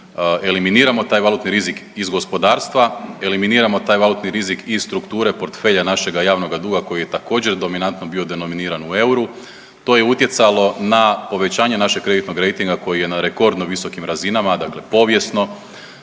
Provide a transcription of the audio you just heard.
eliminiramo taj valutni rizik iz gospodarstva, eliminiramo taj valutni rizik iz strukture portfelja našega javnoga duga koji je također dominantno bio denominiran u euru. To je utjecalo na povećanje našeg kreditnog rejtinga koji je na rekordno visokim razinama, dakle povijesno.